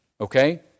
okay